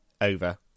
over